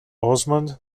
osman